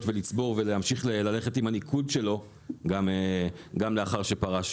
ולצבור ולהמשיך ללכת עם הניקוד שלו גם לאחר שפרש